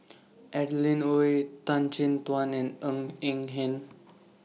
Adeline Ooi Tan Chin Tuan and Ng Eng Hen